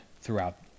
throughout